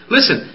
Listen